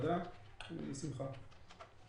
לוועדה בשמחה.